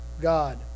God